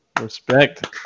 respect